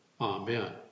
Amen